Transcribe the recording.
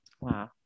Wow